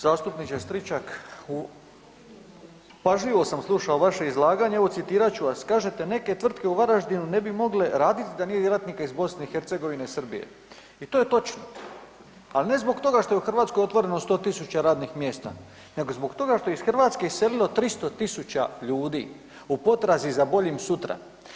Zastupniče Stričak, pažljivo sam slušao vaše izlaganje, evo citirat ću vas, kažete „neke tvrtke u Varaždinu ne bi mogle radit da nije djelatnika iz BiH-a, Srbije“, i to je točno ali ne zbog toga što je u Hrvatskoj otvoreno 100 000 radnih mjesta nego zbog toga što je iz Hrvatske iselilo 300 000 ljudi u potrazi za boljim sutra.